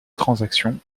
transaction